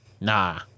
nah